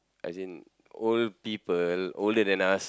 as in old people older than us